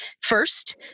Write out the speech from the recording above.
first